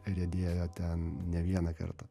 riedėjo ten ne vieną kartą